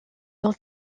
donc